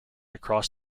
across